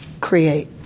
create